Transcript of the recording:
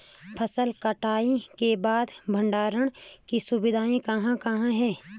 फसल कटाई के बाद भंडारण की सुविधाएं कहाँ कहाँ हैं?